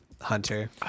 Hunter